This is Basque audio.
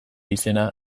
izena